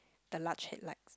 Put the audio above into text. the large headlights